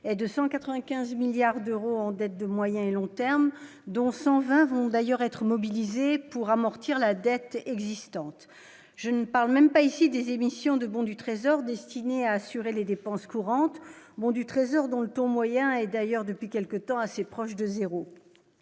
et de 195 milliards d'euros en dette de moyen et long terme, dont 120 vont d'ailleurs être mobilisés pour amortir la dette existante, je ne parle même pas ici des émissions de bons du Trésor, destiné à assurer les dépenses courantes bons du Trésor dont le taux moyen est d'ailleurs depuis quelques temps, assez proche de 0,